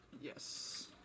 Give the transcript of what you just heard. Yes